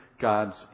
God's